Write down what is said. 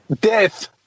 death